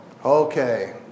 Okay